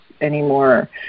anymore